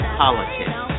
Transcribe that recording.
politics